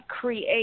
create